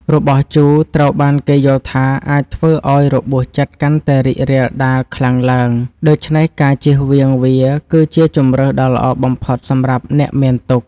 របស់ជូរត្រូវបានគេយល់ថាអាចធ្វើឱ្យរបួសចិត្តកាន់តែរីករាលដាលខ្លាំងឡើង ដូច្នេះការជៀសវាងវាគឺជាជម្រើសដ៏ល្អបំផុតសម្រាប់អ្នកមានទុក្ខ។